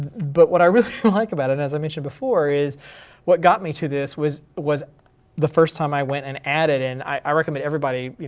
but what i really like about it, as i mentioned before, is what got me to this was was the first time i went and added, and i recommend everybody,